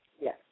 Yes